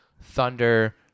Thunder